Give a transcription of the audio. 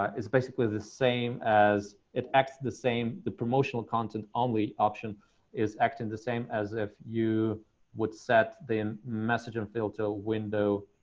ah is basically the same as, it acts the same, the promotional content only option is acting the same as if you would set the message and filter window,